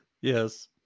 Yes